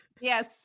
yes